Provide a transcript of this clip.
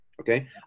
okay